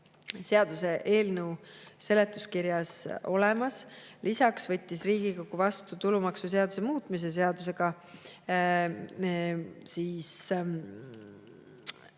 seaduseelnõu seletuskirjas olemas. Lisaks võttis Riigikogu vastu tulumaksuseaduse muutmise seaduse, millega